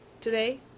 today